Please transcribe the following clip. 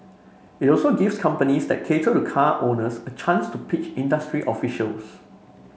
it also gives companies that cater to the car owners a chance to pitch industry officials